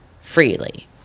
freely